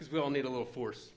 ecause we all need a little force